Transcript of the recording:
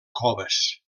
coves